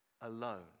alone